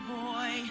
boy